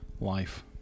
Life